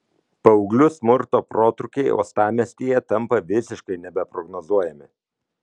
paauglių smurto protrūkiai uostamiestyje tampa visiškai nebeprognozuojami